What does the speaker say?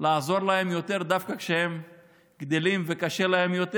לעזור להם יותר דווקא כשהם גדלים וקשה להם יותר.